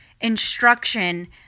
instruction